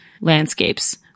landscapes